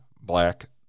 black